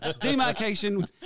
Demarcation